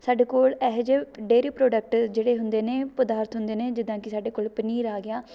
ਸਾਡੇ ਕੋਲ ਇਹੋ ਜਿਹੇ ਡੇਅਰੀ ਪ੍ਰੋਡਕਟ ਜਿਹੜੇ ਹੁੰਦੇ ਨੇ ਪਦਾਰਥ ਹੁੰਦੇ ਨੇ ਜਿੱਦਾਂ ਕਿ ਸਾਡੇ ਕੋਲ ਪਨੀਰ ਆ ਗਿਆ